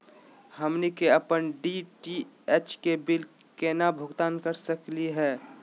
हमनी के अपन डी.टी.एच के बिल केना भुगतान कर सकली हे?